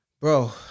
bro